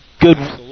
good